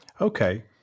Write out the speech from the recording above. okay